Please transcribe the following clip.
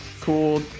cool